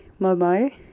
Momo